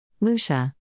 Lucia